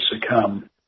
succumb